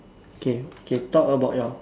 okay okay talk about your